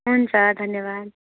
हुन्छ धन्यवाद